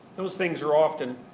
those things are often,